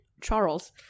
Charles